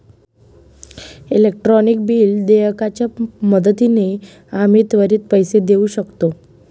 electronic bill देयकाच्या मदतीने आम्ही त्वरित पैसे देऊ शकतो